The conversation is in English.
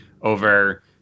over